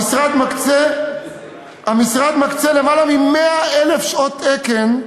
המשרד מקצה יותר מ-100,000 שעות תקן,